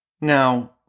Now